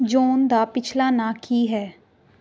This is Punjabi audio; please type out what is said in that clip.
ਜੌਨ ਦਾ ਪਿਛਲਾ ਨਾਮ ਕੀ ਹੈ